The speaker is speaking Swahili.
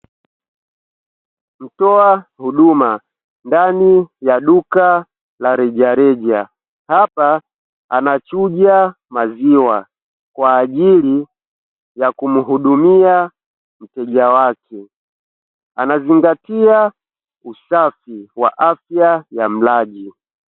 Mtoa huduma ndani ya duka la rejareja. Hapa anachuja maziwa, kwa ajili ya kumuhudumia mteja wake. Anazingatia usafi wa afya ya mlaji.